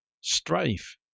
strife